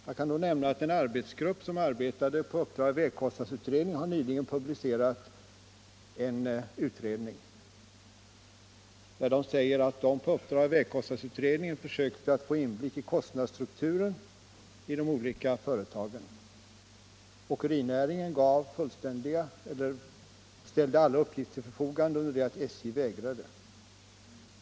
Jag kan då nämna att den arbetsgrupp som arbetat på uppdrag av vägkostnadsutredningen nyligen publicerat en utredning där man säger att man försökt få inblick i kostnadsstrukturen i de olika företagen. Åkerinäringen ställde alla uppgifter till förfogande, under det. att SJ vägrade.